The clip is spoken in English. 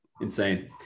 Insane